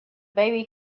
baby